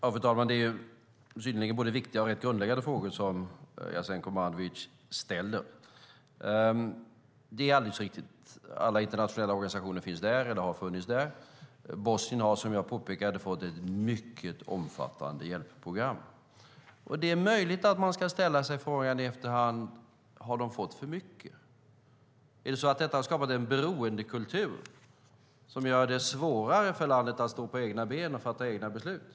Fru talman! Det är synnerligen viktiga och rätt grundläggande frågor som Jasenko Omanovic ställer. Det är alldeles riktigt att alla internationella organisationer antingen finns eller har funnits där. Bosnien har, som jag påpekade, fått ett mycket omfattande hjälpprogram. Det är möjligt att man ska ställa sig frågan: Har de fått för mycket? Har det skapat en beroendekultur som gör det svårare för landet att stå på egna ben och fatta egna beslut?